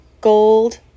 gold